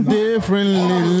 differently